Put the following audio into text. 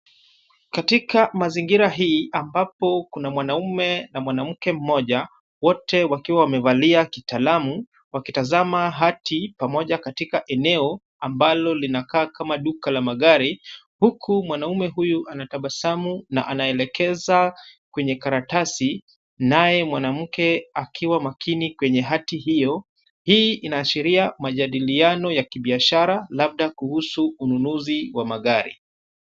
Katika mazingira hii ambapo kuna mwanamume na mwanamke mmoja, wote wakiwa wamevalia kitaalamu wakitazama hati pamoja katika eneo ambalo linakaa kama duka la magari huku mwanaume huyu anatabasamu na anaelekeza kwenye karatasi naye mwanamke akiwa makini kwenye hati hiyo. Hii inaashiria majadiliano ya kibiashara labda kuhusu ununuzi wa magari.